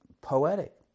poetic